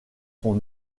son